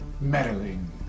meddling